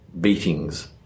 beatings